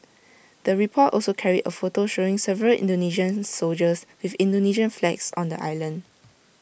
the report also carried A photo showing several Indonesian soldiers with Indonesian flags on the island